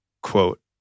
quote